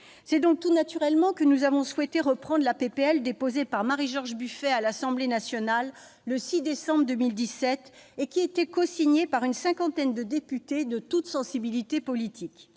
C'est donc tout naturellement que nous avons souhaité reprendre la proposition de loi déposée par Marie-George Buffet à l'Assemblée nationale le 6 décembre 2017 et cosignée par une cinquantaine de députés de toutes sensibilités politiques.